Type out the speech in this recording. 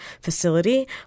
facility